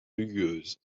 rugueuse